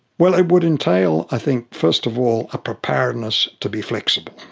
well, it would entail, i think first of all, a preparedness to be flexible,